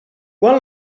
quan